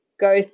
go